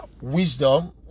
wisdom